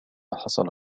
حصل